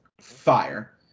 Fire